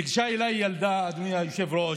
ניגשה אליי ילדה, אדוני היושב-ראש.